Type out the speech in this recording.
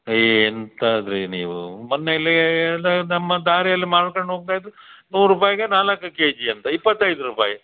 ಎಂತದ್ರೀ ನೀವು ಮೊನ್ನೆ ಇಲ್ಲಿ ನಮ್ಮ ದಾರಿಲಿ ಮಾರಿಕೊಂಡು ಹೋಗ್ತಾಯಿದ್ರೂ ನೂರು ರೂಪಾಯ್ಗೆ ನಾಲ್ಕು ಕೆ ಜಿ ಅಂತ ಇಪ್ಪತ್ತೈದು ರೂಪಾಯಿ